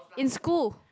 in school